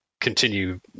continue